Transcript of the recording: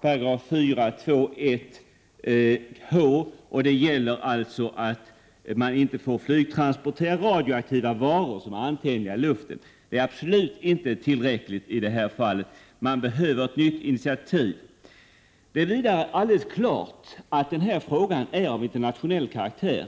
4.2.1 h. Det handlar alltså om att man inte får flygtransportera radioaktiva varor som är antändliga i luften. En sådan här hänvisning är således absolut inte tillräcklig i detta fall. Det behövs ett nytt initiativ. Det är vidare alldeles klart att den här frågan är av internationell karaktär.